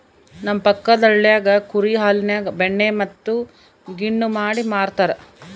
ನಮ್ಮ ಪಕ್ಕದಳ್ಳಿಗ ಕುರಿ ಹಾಲಿನ್ಯಾಗ ಬೆಣ್ಣೆ ಮತ್ತೆ ಗಿಣ್ಣು ಮಾಡಿ ಮಾರ್ತರಾ